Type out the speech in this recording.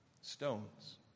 Stones